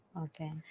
Okay